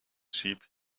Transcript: sheep